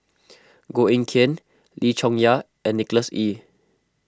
Koh Eng Kian Lim Chong Yah and Nicholas Ee